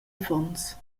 affons